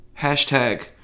Hashtag